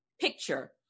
picture